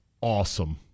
awesome